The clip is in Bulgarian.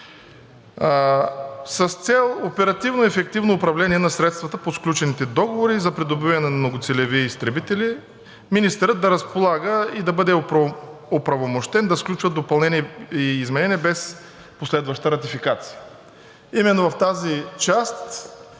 с цел оперативно и ефективно управление на средствата по сключените договори за придобиване на многоцелеви изтребители министърът да разполага и да бъде оправомощен да сключва допълнения и изменения без последваща ратификация.